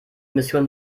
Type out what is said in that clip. mission